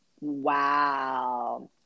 wow